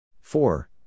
Four